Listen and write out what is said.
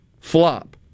flop